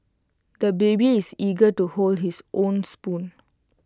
the baby is eager to hold his own spoon